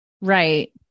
Right